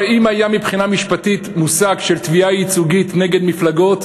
הרי אם היה מבחינה משפטית מושג של תביעה ייצוגית נגד מפלגות,